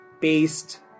paste